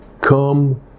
come